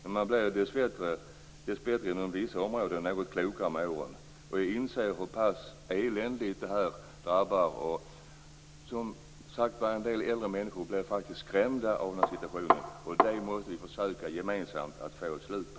Men jag blev dessbättre inom vissa områden klokare med åren. Jag inser hur pass eländigt vissa drabbas. En del äldre människor blir faktiskt skrämda. Vi måste gemensamt försöka få ett slut på detta.